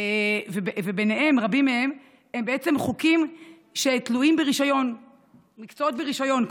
ובהם רבים שהם חוקים שתלויים במקצועות ברישיון,